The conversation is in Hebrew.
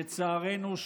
לצערנו,